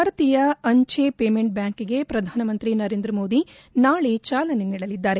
ಭಾರತೀಯ ಅಂಚೆ ಬ್ಯಾಂಕ್ಗೆ ಪ್ರಧಾನಮಂತ್ರಿ ನರೇಂದ್ರ ಮೋದಿ ನಾಳೆ ಚಾಲನೆ ನೀಡಲಿದ್ದಾರೆ